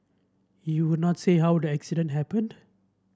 he would not say how the accident happened